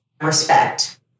respect